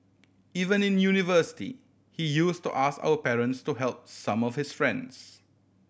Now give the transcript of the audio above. even in university he use to ask our parents to help some of his friends